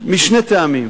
משני טעמים: